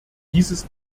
dieses